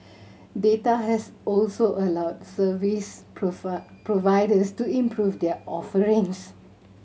data has also allowed service providers to improve their offerings